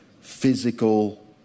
physical